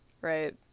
Right